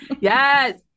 Yes